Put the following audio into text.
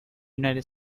united